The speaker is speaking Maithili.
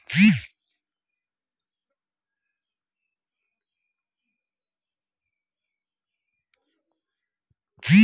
मोबाइल सँ सेहो आब तुरंत डिजिटल वेतन आओर बचत खाता खुलि जाइत छै